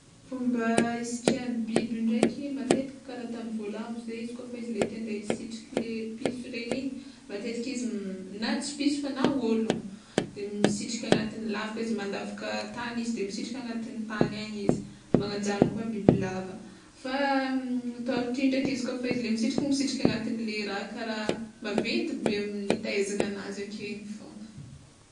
Fomba hisitrihan'ny biby ndraiky, matetika kara ataon'ny voalavo zay izy kôfa le izy te hande hisitrika le piso regny igny matetiky izy na tsy piso fa na ôlogno de misitrika agnatin'ny lavaka izy mandavaka tany izy de misitrika agnatin'ny tany any izy, magnan'izany koa bibilava, fa tortue ndraiky izy kôfa izy le misitrika igny misitrika agnatinle raha kara maventy be amin'ny tahezagnanazy ake igny fogna.